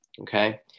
okay